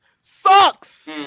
sucks